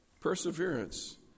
Perseverance